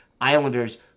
Islanders